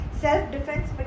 Self-defense